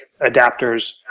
adapters